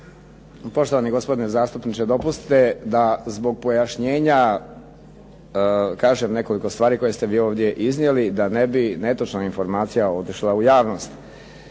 Poštovani gospodine zastupniče, dopustite da zbog pojašnjenja kažem nekoliko stvari koje ste vi ovdje iznijeli da ne bi netočna informacija otišla u javnost.